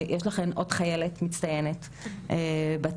יש לכן עוד חיילת מצטיינת בצוות,